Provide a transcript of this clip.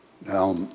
Now